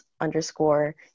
underscore